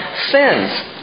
sins